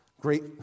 great